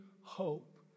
hope